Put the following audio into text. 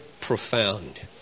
profound